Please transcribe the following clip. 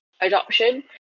adoption